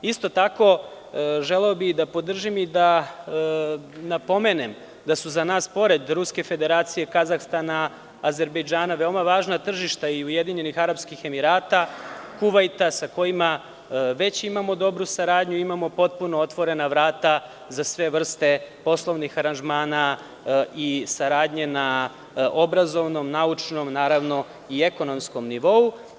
Isto tako želeo bih da podržim i da napomenem da su za nas pored Ruske Federacije, Kazahstana, Azerbejdžana, veoma važna tržišta Ujedinjenih Arapskih Emirata, Kuvajta sa kojima već imamo dobru saradnju, imamo potpuno otvorena vrata za sve vrste poslovnih aranžmana i saradnje na obrazovnom, naučnom i ekonomskom nivou.